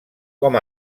com